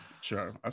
sure